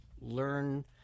learn